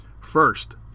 First